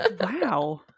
Wow